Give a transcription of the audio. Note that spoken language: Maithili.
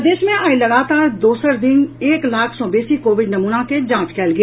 प्रदेश मे आई लगातार दोसर दिन एक लाख सँ बेसी कोविड नमूना के जांच कयल गेल